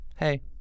Hey